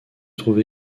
trouve